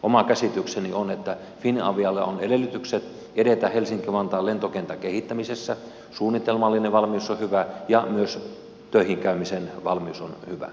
oma käsitykseni on että finavialla on edellytykset edetä helsinki vantaan lentokentän kehittämisessä suunnitelmallinen valmius on hyvä ja myös töihin käymisen valmius on hyvä